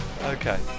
Okay